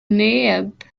neb